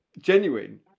genuine